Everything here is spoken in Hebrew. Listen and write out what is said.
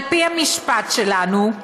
על פי המשפט שלנו,